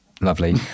Lovely